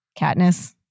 Katniss